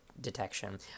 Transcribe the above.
detection